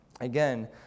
again